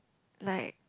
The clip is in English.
like